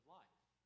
life